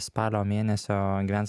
spalio mėnesio gyvens